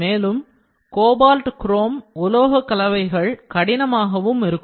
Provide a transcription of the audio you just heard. மேலும் cobalt chrome உலோக கலவைகள் கடினமாகவும் இருக்கும்